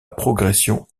progression